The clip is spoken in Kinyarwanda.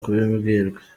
kubimbwira